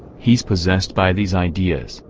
he's possessed by these ideas,